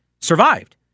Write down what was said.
survived